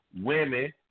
women